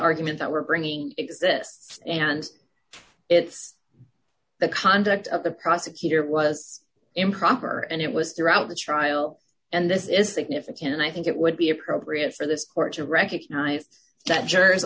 argument that we're bringing exists and it's the conduct of the prosecutor was improper and it was throughout the trial and this is significant i think it would be appropriate for this court to recognized that jurors